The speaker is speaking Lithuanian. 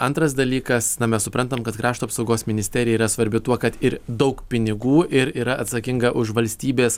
antras dalykas na mes suprantam kad krašto apsaugos ministerija yra svarbi tuo kad ir daug pinigų ir yra atsakinga už valstybės